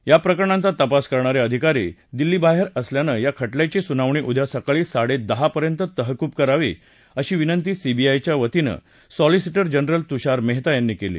या प्रकरणांचा तपास करणारे अधिकारी दिल्लीबाहेर असल्यानं या खटल्याची सुनावणी उद्या सकाळी साडे दहापर्यंत तहकूब करावी अशी विनंती सीबीआयच्या वतीनं सॉलीसिटर जनरल तुषार मेहता यांनी केली